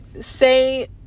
say